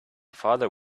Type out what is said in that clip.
father